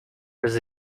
was